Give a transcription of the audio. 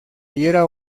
diera